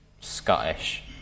Scottish